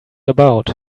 about